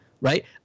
right